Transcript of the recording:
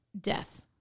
death